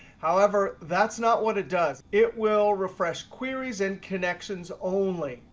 however, that's not what it does. it will refresh queries and connections only.